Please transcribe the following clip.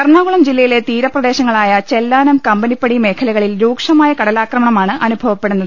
എറണാകുളം ജില്ലയിലെ തീരപ്രദേശങ്ങളായ ചെല്ലാനം കമ്പ നിപ്പടി മേഖലകളിൽ രൂക്ഷമായ കടലാക്രമണമാണ് അനുഭവ പ്പെടുന്നത്